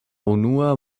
unua